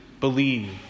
Believe